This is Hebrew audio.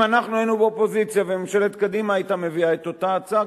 אם אנחנו היינו באופוזיציה וממשלת קדימה היתה מביאה את אותה ההצעה,